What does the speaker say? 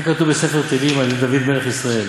וכן כתוב בספר תהילים על-ידי דוד מלך ישראל